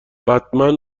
بتمن